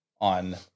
on